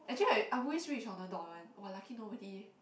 actually I I won't switch on the door one !wah! lucky nobody